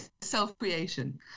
self-creation